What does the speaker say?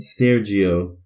Sergio